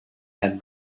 had